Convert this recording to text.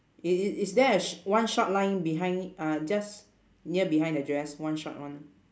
i~ i~ is there a sh~ one short line behind it uh just near behind the dress one short one